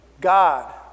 God